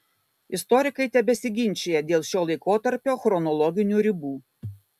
istorikai tebesiginčija dėl šio laikotarpio chronologinių ribų